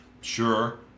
Sure